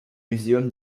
muséum